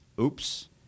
Oops